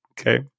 Okay